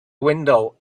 window